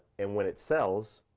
and when it sells,